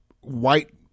white